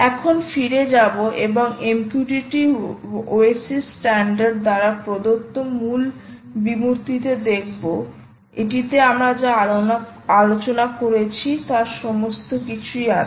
এখন ফিরে যাব এবং MQTT ওএসিস স্ট্যান্ডার্ড দ্বারা প্রদত্ত মূল বিমূর্তিটি দেখব এটিতে আমরা যা আলোচনা করেছি তার সমস্ত কিছুই আছে